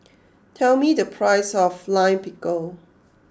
tell me the price of Lime Pickle